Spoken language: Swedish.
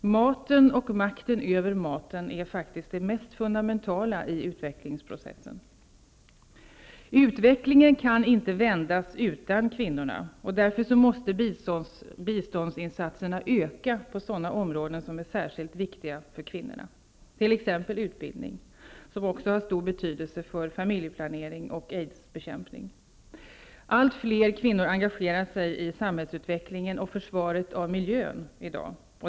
Maten och makten över maten är faktiskt det mest fundamentala i utvecklingsprocessen. Utvecklingen kan inte vändas utan kvinnorna, och därför måste biståndsinsatserna öka på sådana områden som är särskilt viktiga för kvinnorna, t.ex. utbildningen, som också har stor betydelse för familjeplanering och aids-bekämpning. Allt fler kvinnor engagerar sig i dag i samhällsutvecklingen och försvaret av miljön.